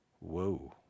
Whoa